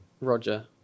Roger